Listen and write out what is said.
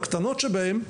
לקטנות שבהן,